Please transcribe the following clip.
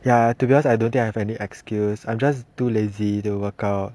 ya to be honest I don't think I have any excuse I'm just too lazy to workout